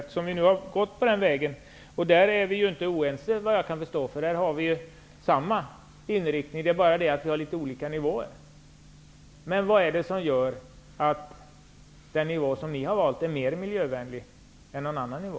Eftersom vi nu har gått på den sistnämnda vägen -- och där är vi inte oense, såvitt jag kan förstå -- har vi samma inriktning. Det är bara fråga om olika nivåer. Vad är det som gör att den nivå som ni har valt är mer miljövänlig än någon annan nivå?